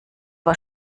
war